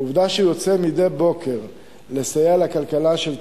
העובדה שהוא יוצא מדי בוקר לסייע לכלכלה של תל-אביב,